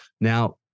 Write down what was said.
now